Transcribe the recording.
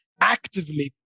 Actively